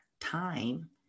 time